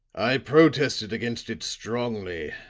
i protested against it strongly,